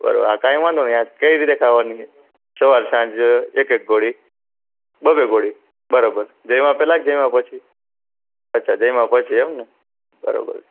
બરાબર આ કંઈ વાંધો નહીં આ કઈ રીતે ખાવાની છે સવાર સાંજ એક એક ગોળી બે બે ગોળી બરોબર જમ્યા પહેલાં કે જમ્યા પછી અચ્છા જમ્યા પછી એમને બરોબર છે